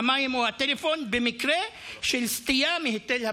המים או הטלפון במקרה של סטייה מהיתר הבנייה.